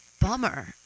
bummer